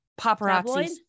paparazzi